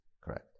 Correct